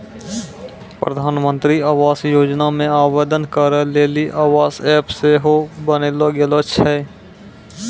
प्रधानमन्त्री आवास योजना मे आवेदन करै लेली आवास ऐप सेहो बनैलो गेलो छै